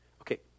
Okay